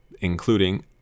including